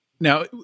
now